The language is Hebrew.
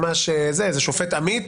איזה שופט עמית,